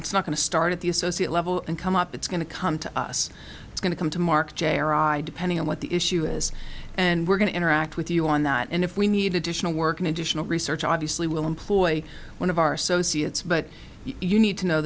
it's not going to start at the associate level and come up it's going to come to us it's going to come to mark jr i depended on what the issue is and we're going to interact with you on that and if we need additional work in additional research obviously will employ one of our so c it's but you need to know